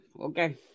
Okay